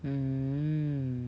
mm